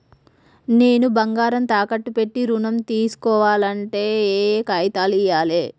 నేను బంగారం తాకట్టు పెట్టి ఋణం తీస్కోవాలంటే ఏయే కాగితాలు ఇయ్యాలి?